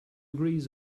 grease